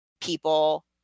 people